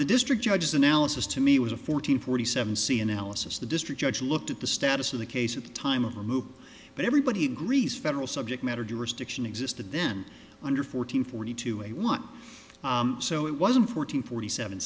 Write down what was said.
the district judges analysis to me was a fourteen forty seven c analysis the district judge looked at the status of the case at the time of a move but everybody agrees federal subject matter jurisdiction existed then under fourteen forty two a want so it wasn't fourteen forty seven